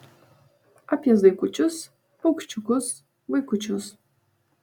apie zuikučius paukščiukus vaikučius